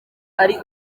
ari